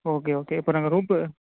okay okay இப்போ நாங்கள் room